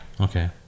Okay